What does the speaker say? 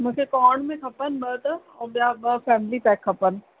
मूंखे कॉन बि खपनि ॿ त ऐं ॿिया ॿ फैमिली पैक खपनि